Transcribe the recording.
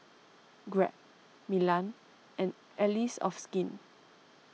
Grab Milan and Allies of Skin